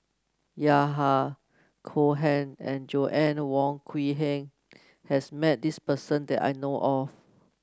Yahya Cohen and Joanna Wong Quee Heng has met this person that I know of